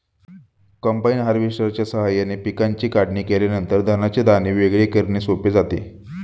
combine हार्वेस्टरच्या साहाय्याने पिकांची काढणी केल्यानंतर धान्याचे दाणे वेगळे करणे सोपे जाते